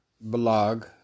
blog